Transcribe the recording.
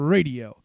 Radio